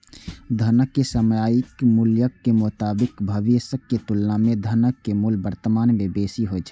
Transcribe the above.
धनक सामयिक मूल्यक मोताबिक भविष्यक तुलना मे धनक मूल्य वर्तमान मे बेसी होइ छै